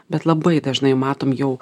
bet labai dažnai matom jau